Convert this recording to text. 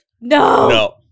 no